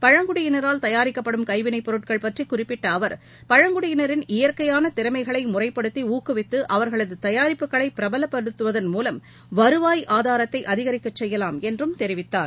பழங்குடியினரால் தயாரிக்கப்படும் கைவினைப் பொருட்கள் பற்றி குறிப்பிட்ட அவர் பழங்குடியினரின் இயற்கையான திறமைகளை முறைப்படுத்தி ஊக்குவித்து அவர்களது தயாரிப்புகளை பிரபலப்படுத்துவதன் மூலம் வருவாய் ஆதாரத்தை அதிகரிக்கச் செய்யலாம் என்றும் தெரிவித்தார்